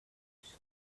los